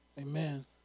Amen